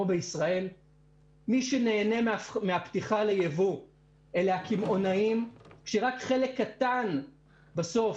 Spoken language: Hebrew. בישראל ומי שנהנה מהפתיחה לייבוא הם הקמעונאים כשרק חלק קטן בסוף